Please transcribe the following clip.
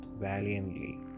valiantly